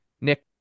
Nick